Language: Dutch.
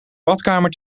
badkamer